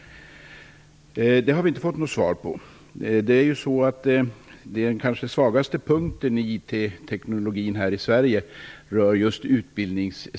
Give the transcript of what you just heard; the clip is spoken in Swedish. Det har jag inte fått något svar på. Den kanske svagaste punkten vad gäller tillämpningen av IT teknologin i Sverige gäller utbildningen.